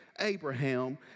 Abraham